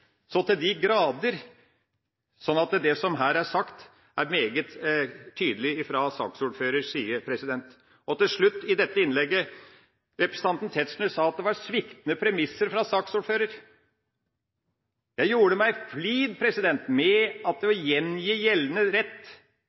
så til de grader. Det som her er sagt, er meget tydelig fra saksordførerens side. Til slutt i dette innlegget: Representanten Tetzschner sa at det var «sviktende premisser» fra saksordføreren. Jeg gjorde meg flid med å gjengi gjeldende rett